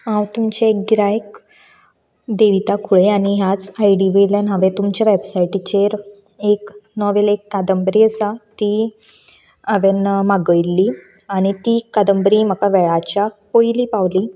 हांव तुमचें गिरायक देविता खुळे आनी ह्याच आयडी वेल्यान हांवें तुमच्या वेबसायटीचेर एक नोवेल एक कादंबरी आसा ती हांवेंन मागयल्ली आनी ती कादंबरी म्हाका वेळाच्या पयलीं पावली